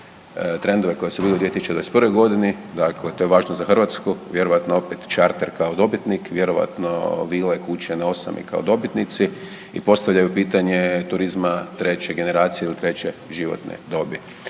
trendove koji su bili u 2021.g., dakle to je važno za Hrvatsku, vjerojatno opet Charter kao dobitnik, vjerojatno vile, kuće na osami kao dobitnici i postavljaju pitanje turizma treće generacije ili treće životne dobi.